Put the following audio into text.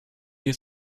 you